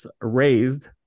raised